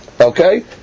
Okay